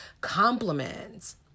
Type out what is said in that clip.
Compliments